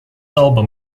album